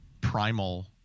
primal